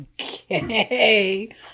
Okay